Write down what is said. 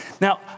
Now